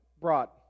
brought